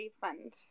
fund